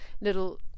little